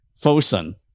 Fosun